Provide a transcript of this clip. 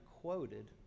quoted